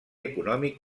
econòmic